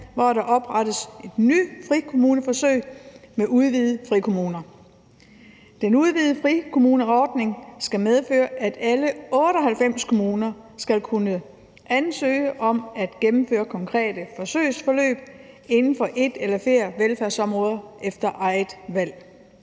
hvori der oprettes en ny forsøgsordning med udvidede frikommuneforsøg. Den udvidede frikommuneforsøgsordning skal medføre, at alle 98 kommuner skal kunne ansøge om at gennemføre konkrete forsøgsforløb inden for et eller flere velfærdsområder efter eget valg.